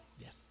Yes